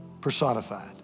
personified